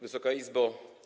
Wysoka Izbo!